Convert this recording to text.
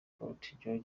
carter